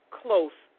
close